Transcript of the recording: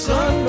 Sun